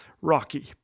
Rocky